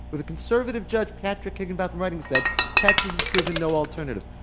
with a conservative judge patrick higginbotham writing that texas is proving no alternative.